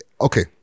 Okay